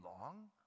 long